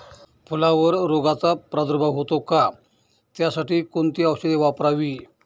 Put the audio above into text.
फुलावर रोगचा प्रादुर्भाव होतो का? त्यासाठी कोणती औषधे वापरावी?